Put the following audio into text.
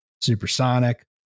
supersonic